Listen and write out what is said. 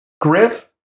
Griff